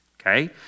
okay